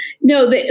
no